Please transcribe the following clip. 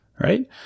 right